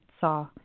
saw